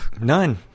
None